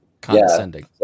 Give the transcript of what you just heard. condescending